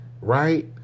right